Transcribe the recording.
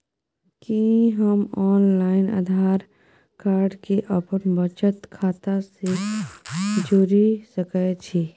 कि हम online Aadhaar card के अपन बचत खाता से जोरि सकै छी?